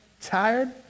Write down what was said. tired